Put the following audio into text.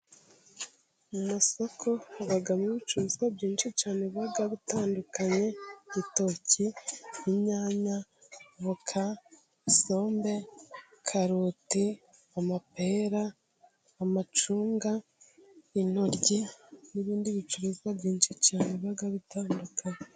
Mu masoko habamo ibicuruzwa byinshi cyane biba bitandukanye, igitoki, inyanya, voka, isombe, karoti amapera, amacunga, intoryi, n'ibindi bicuruzwa byinshi cyane biba bitandukanye.